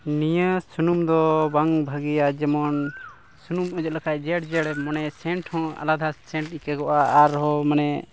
ᱱᱤᱭᱟᱹ ᱥᱩᱱᱩᱢ ᱫᱚ ᱵᱟᱝ ᱵᱷᱟᱹᱜᱤᱭᱟ ᱡᱮᱢᱚᱱ ᱥᱩᱱᱩᱢ ᱚᱡᱚᱜ ᱞᱮᱠᱷᱟᱱ ᱡᱮᱴ ᱡᱮᱴ ᱢᱟᱱᱮ ᱥᱮᱹᱱᱴ ᱦᱚᱸ ᱟᱞᱟᱫᱟ ᱥᱮᱹᱱᱴ ᱟᱹᱭᱠᱟᱹᱜᱼᱟ ᱟᱨᱦᱚᱸ ᱢᱟᱱᱮ